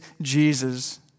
Jesus